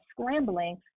scrambling